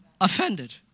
offended